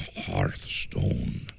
hearthstone